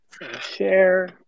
share